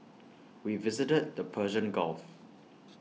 we visited the Persian gulf